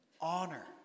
honor